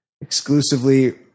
Exclusively